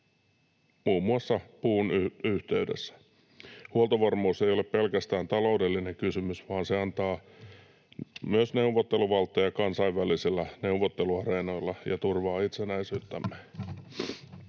muun muassa puun yhteydessä. Huoltovarmuus ei ole pelkästään taloudellinen kysymys, vaan se antaa myös neuvotteluvaltteja kansainvälisillä neuvotteluareenoilla ja turvaa itsenäisyyttämme.